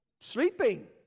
sleeping